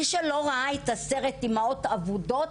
מי שלא ראה את הסרט אימהות אבודות,